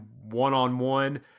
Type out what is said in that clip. one-on-one